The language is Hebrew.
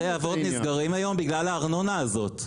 בתי אבות נסגרים היום בגלל הארנונה הזאת.